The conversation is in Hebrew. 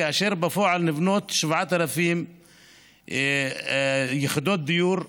כאשר בפועל נבנות 7,000 יחידות דיור,